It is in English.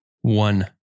One